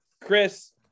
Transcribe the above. Chris